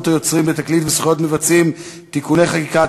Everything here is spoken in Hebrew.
יוצרים בתקליט וזכויות מבצעים (תיקוני חקיקה),